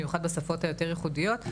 במיוחד בשפות היותר ייחודיות,